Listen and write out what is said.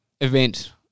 event